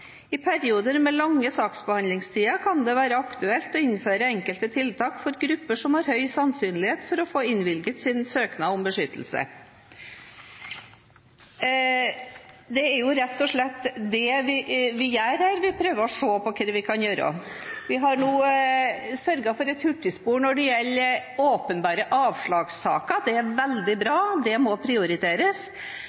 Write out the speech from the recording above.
perioder med lange saksbehandlingstider kan det være aktuelt å innføre enkelte tiltak for grupper som har høy sannsynlighet for å få innvilget sin søknad om beskyttelse.» Det er rett og slett det vi gjør her, vi prøver å se på hva vi kan gjøre. Vi har nå sørget for et hurtigspor når det gjelder åpenbare avslagssaker, og det er veldig bra,